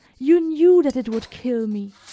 you knew that it would kill me.